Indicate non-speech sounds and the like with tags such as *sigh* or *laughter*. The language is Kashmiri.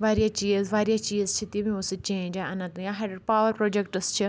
واریاہ چیٖز واریاہ چیٖز چھِ یِم یِمو سۭتۍ چینج آیہِ اننت یا *unintelligible* پاوَر پروجکٹٕس چھِ